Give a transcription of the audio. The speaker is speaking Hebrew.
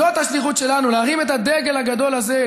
זאת השליחות שלנו: להרים את הדגל הגדול הזה,